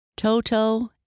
Toto